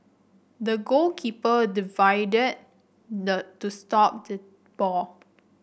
the goalkeeper dived the to stop the ball